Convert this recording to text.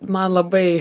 man labai